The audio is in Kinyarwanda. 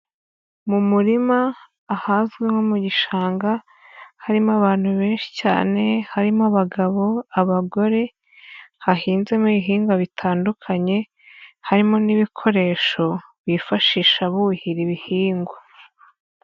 Mu murima ahazwi nko mu gishanga harimo abantu benshi cyane harimo abagabo, abagore, hahinzemo ibihingwa bitandukanye harimo n'ibikoresho bifashisha buhira ibihingwa.